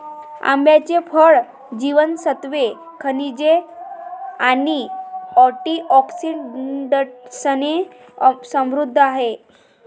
आंब्याचे फळ जीवनसत्त्वे, खनिजे आणि अँटिऑक्सिडंट्सने समृद्ध आहे